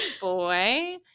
boy